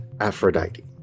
Aphrodite